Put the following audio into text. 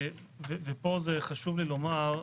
חשוב לי לומר,